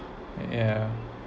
yeah